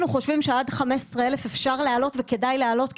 אנחנו חושבים שעד 15,000 אפשר לעלות וכדאי לעלות.